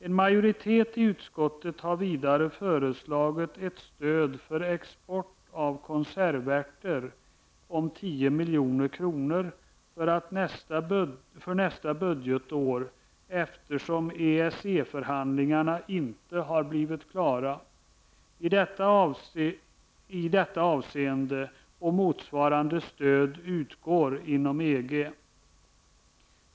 En majoritet i utskottet har vidare föreslagit ett stöd för export av konservärter om 10 milj.kr. för nästa budgetår, eftersom EES-förhandlingarna inte har blivit klara i detta avseende och motsvarande stöd utgår inom EG.